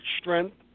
strength